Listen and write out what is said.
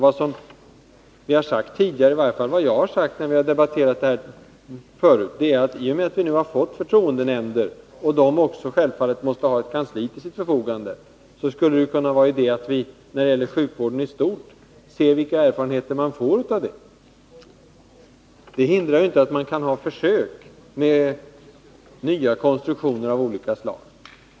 Vad jag har sagt tidigare när vi har debatterat denna fråga är att det, i och med att vi nu har fått förtroendenämnder och de självfallet måste ha ett kansli till sitt förfogande, skulle vara idé att se vilka erfarenheter vi får av det systemet när det gäller sjukvården i stort. Det hindrar inte att man kan bedriva försök med nya konstruktioner av olika slag.